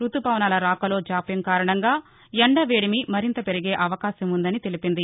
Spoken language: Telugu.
రుతుపవనాల రాకలో జాప్యం కారణంగా ఎండ వేడిమి మరింత పెరిగే అవకాశం ఉందని తెలిపింది